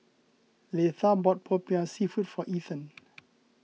Leitha bought Popiah Seafood for Ethen